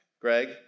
Greg